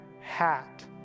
hat